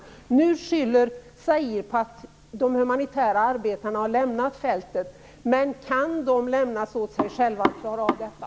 Zaire skyller nu på att de humanitära arbetarna har lämnat fältet, men kan de lämnas åt sig själva att klara av detta?